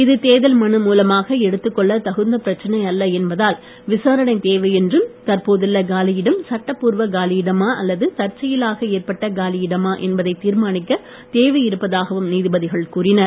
இது தேர்தல் மனு மூலமாக எடுத்துக் கொள்ள தகுந்த பிரச்சனை அல்ல என்பதால் விசாரணை தேவை என்றும் தற்போதுள்ள காலியிடம் சட்டப் பூர்வ காலியிடமா அல்லது தற்செயலாக ஏற்பட்ட காலியிடமா என்பதை தீர்மானிக்க தேவையிருப்பதாகவும் நீதிபதிகள் கூறினர்